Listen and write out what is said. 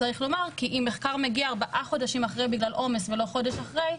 כי אם מחקר מגיע ארבעה חודשים אחרי בגלל עומס ולא חודש אחרי,